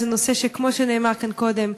זה נושא שכמו שנאמר כאן קודם,